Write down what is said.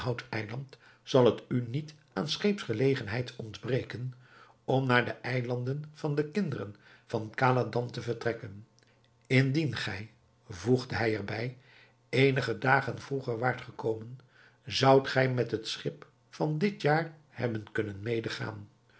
eiland zal het u niet aan scheepsgelegenheid ontbreken om naar de eilanden van de kinderen van khaladan te vertrekken indien gij voegde hij er bij eenige dagen vroeger waart gekomen zoudt gij met het schip van dit jaar hebben kunnen medegaan